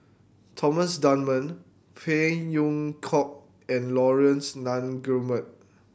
Thomas Dunman Phey Yew Kok and Laurence Nunns Guillemard